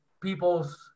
people's